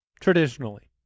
traditionally